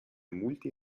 multi